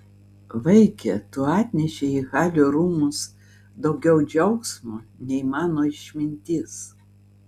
vaike tu atnešei į halio rūmus daugiau džiaugsmo nei mano išmintis